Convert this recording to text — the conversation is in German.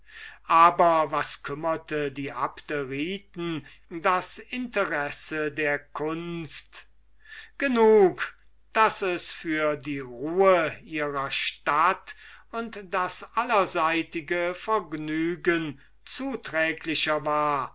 aber was kümmerte die abderiten das interesse der kunst genug daß es für die ruhe ihrer stadt und das allerseitige vergnügen der interessenten zuträglicher war